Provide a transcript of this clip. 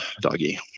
doggy